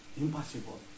impossible